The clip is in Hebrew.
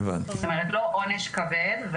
זאת אומרת לא עונש כבד,